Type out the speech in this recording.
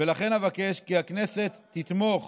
ולכן אבקש כי הכנסת תתמוך